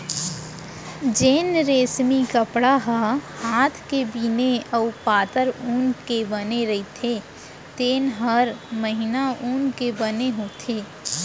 जेन रेसमी कपड़ा ह हात के बिने अउ पातर ऊन के बने रइथे तेन हर महीन ऊन के बने होथे